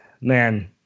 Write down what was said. man